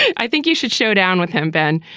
i think you should showdown with him, ben.